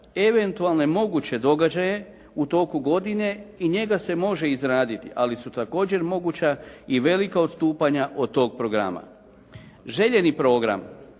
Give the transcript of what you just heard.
eventualne moguće događaje u toku godine i njega se može izraditi ali su također moguća i velika odstupanja od tog programa. Željeni program